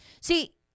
See